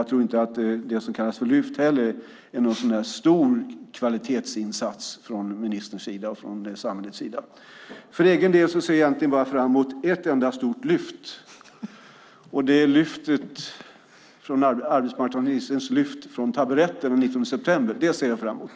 Jag tror inte heller att det som kallas för Lyft är någon stor kvalitetsinsats. För egen del ser jag egentligen bara fram emot ett enda stort lyft, och det är arbetsmarknadsministerns lyft från taburetten den 19 september. Det ser jag fram emot.